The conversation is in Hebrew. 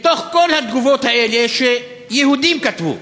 מתוך כל התגובות האלה שיהודים כתבו,